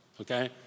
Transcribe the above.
Okay